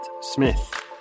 Smith